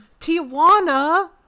Tijuana